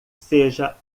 seja